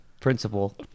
Principal